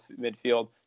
midfield